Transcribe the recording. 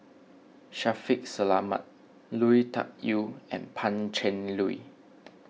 Shaffiq Selamat Lui Tuck Yew and Pan Cheng Lui